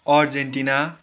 Argentina